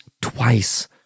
twice